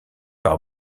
par